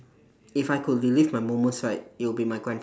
if I could relive my moments right it will be my grandf~